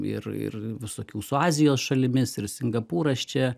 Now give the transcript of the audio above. ir ir visokių su azijos šalimis ir singapūras čia